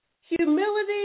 Humility